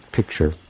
Picture